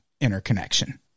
interconnection